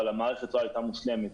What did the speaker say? אבל המערכת לא הייתה מושלמת.